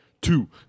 two